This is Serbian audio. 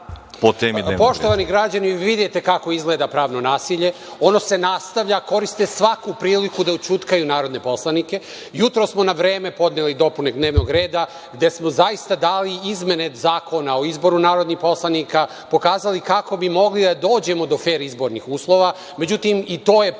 Poštovani građani, vidite kako izgleda pravno nasilje, ono se nastavlja, koriste svaku priliku da ućutkaju narodne poslanike. Jutros smo na vreme podneli dopune dnevnog reda, gde smo zaista dali izmene Zakona o izboru narodnih poslanika, pokazali kako bi mogli da dođemo da fer izbornih uslova,